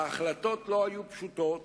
ההחלטות לא היו פשוטות